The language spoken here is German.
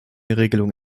regelung